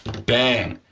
bang,